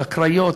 לקריות,